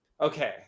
okay